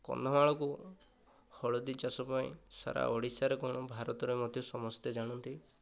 କନ୍ଧମାଳକୁ ହଳଦୀ ଚାଷ ପାଇଁ ସାରା ଓଡ଼ିଶାରେ କଣ ଭାରତରେ ମଧ୍ୟ ସମସ୍ତେ ଜାଣନ୍ତି